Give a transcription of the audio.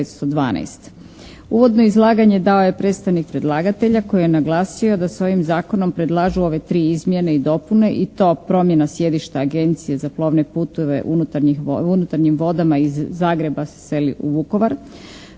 Uvodno izlaganje dao je predstavnik predlagatelja koji je naglasio da se ovim Zakonom predlažu ove 3 izmjene i dopune i to promjena sjedišta Agencije za plovne putove unutarnjim vodama, iz Zagreba se seli u Vukovar,